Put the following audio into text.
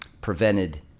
prevented –